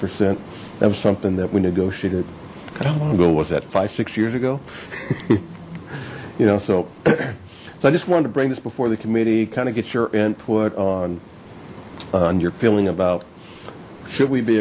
percent that was something that we negotiated bill was that five six years ago you know so i just wanted to bring this before the committee kind of get your input on and your feeling about should we be